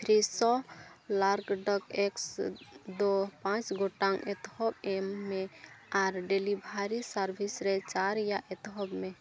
Fresho large duck eggs ᱫᱚ ᱯᱟᱸᱪ ᱜᱚᱴᱟᱝ ᱮᱛᱚᱦᱚᱵ ᱮᱢ ᱢᱮ ᱟᱨ ᱰᱮᱞᱤᱵᱷᱟᱨᱤ ᱥᱟᱨᱵᱷᱤᱥ ᱨᱮ ᱪᱟᱨ ᱨᱮᱭᱟᱜ ᱮᱛᱦᱚᱵ ᱢᱮ